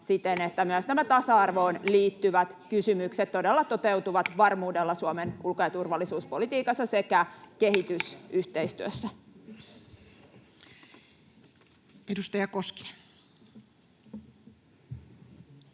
että myös nämä tasa-arvoon liittyvät kysymykset [Pia Lohikosken välihuuto] todella toteutuvat varmuudella Suomen ulko- ja turvallisuuspolitiikassa sekä kehitysyhteistyössä. Edustaja Koskinen.